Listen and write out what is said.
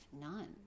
None